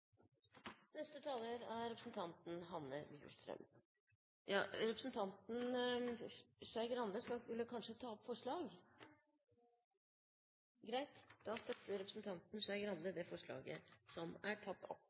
Representanten Skei Grande ville kanskje ta opp forslag? Nei, jeg støtter det forslaget som er tatt opp. Representanten Skei Grande støtter det forslaget som er tatt opp.